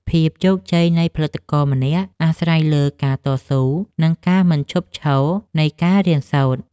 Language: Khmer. ភាពជោគជ័យនៃផលិតករម្នាក់អាស្រ័យលើការតស៊ូ និង ការមិនឈប់ឈរនៃការរៀនសូត្រ។